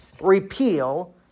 repeal